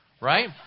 right